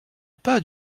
pas